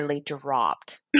dropped